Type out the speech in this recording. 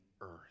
earth